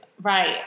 Right